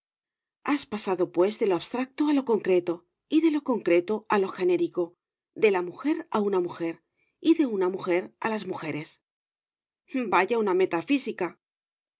has pasado pues de lo abstracto a lo concreto y de lo concreto a lo genérico de la mujer a una mujer y de una mujer a las mujeres vaya una metafísica